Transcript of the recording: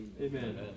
Amen